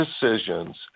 decisions